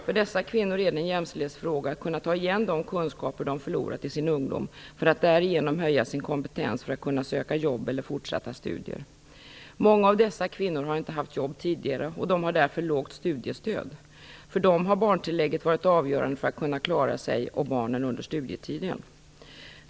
För dessa kvinnor är det en jämställdhetsfråga att kunna ta igen de kunskaper de förlorat i sin ungdom, för att därigenom höja sin kompetens så att de kan söka jobb eller fortsätta att studera. Många av dessa kvinnor har inte haft jobb tidigare, och de har därför lågt studiestöd. För dem har barntillägget varit avgörande för att de skulle kunna klara sig och barnen under studietiden.